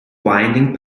winding